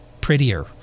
prettier